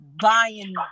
buying